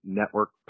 network